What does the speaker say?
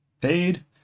paid